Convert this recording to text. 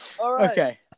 Okay